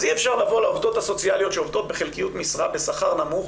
אז אי אפשר לבוא לעובדות הסוציאליות שעובדות בחלקיות משרה בשכר נמוך,